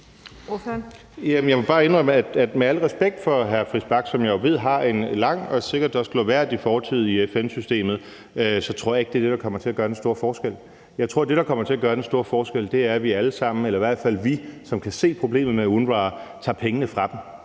Messerschmidt (DF): Med al respekt for hr. Christian Friis Bach, som jeg jo ved har en lang og sikkert også glorværdig fortid i FN-systemet, må jeg bare indrømme, at jeg ikke tror, at det er det, der kommer til at gøre den store forskel. Jeg tror, at det, der kommer til at gøre den store forskel, er, at vi alle sammen, eller i hvert fald vi, som kan se problemet med UNRWA, tager pengene fra dem.